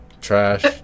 trash